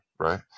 Right